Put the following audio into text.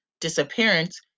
disappearance